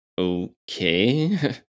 Okay